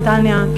נתניה,